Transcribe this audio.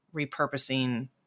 repurposing